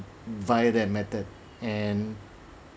via that method and